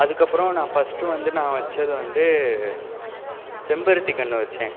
அதுக்கப்புறம் நான் ஃபர்ஸ்ட்டு வந்து நான் வச்சது வந்து செம்பருத்திக் கன்று வச்சேன்